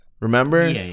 Remember